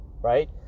right